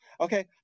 Okay